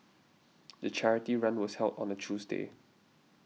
the charity run was held on the Tuesday